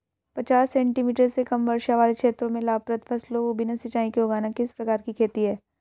पचास सेंटीमीटर से कम वर्षा वाले क्षेत्रों में लाभप्रद फसलों को बिना सिंचाई के उगाना किस प्रकार की खेती है?